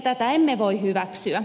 tätä emme voi hyväksyä